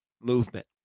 movement